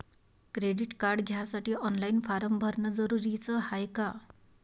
Credit card घ्यासाठी online form भरन जरुरीच हाय का?